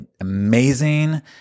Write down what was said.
amazing